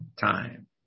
time